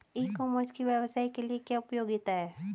ई commerce की व्यवसाय के लिए क्या उपयोगिता है?